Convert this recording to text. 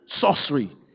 Sorcery